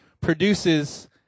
produces